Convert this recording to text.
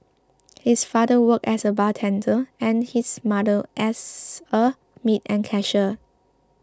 his father worked as a bartender and his mother as a maid and cashier